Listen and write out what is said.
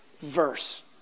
verse